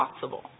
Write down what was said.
possible